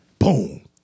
Boom